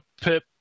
Pip